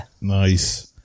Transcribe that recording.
Nice